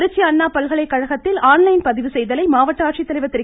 திருச்சி அண்ணா பல்கலைக்கழகத்தில் ஆன்லைன் பதிவு செய்தலை மாவட்ட ஆட்சித்தலைவா் திரு